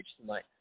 tonight